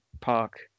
Park